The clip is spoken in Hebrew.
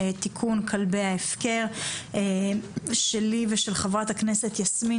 תיקון כלבי ההפקר שלי ושל חברת הכנסת יסמין